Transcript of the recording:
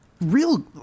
Real